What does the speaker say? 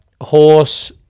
Horse